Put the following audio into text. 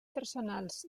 personals